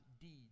deeds